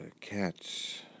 cats